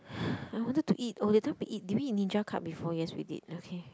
I wanted to eat oh that time we eat did we eat in Ninja Cup before yes we did okay